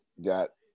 got